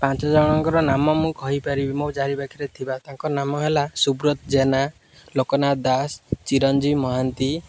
ପାଞ୍ଚ ଜଣଙ୍କର ନାମ ମୁଁ କହିପାରିବି ମୋ ଚାରିପାଖରେ ଥିବା ତାଙ୍କ ନାମ ହେଲା ସୁବ୍ରତ ଜେନା ଲୋକନାଥ ଦାସ ଚିରଞ୍ଜୀବ ମହାନ୍ତି